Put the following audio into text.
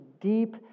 deep